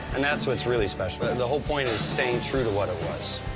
and that's what's really special. and the whole point is staying true to what it was.